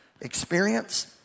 experience